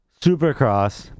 Supercross